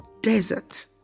desert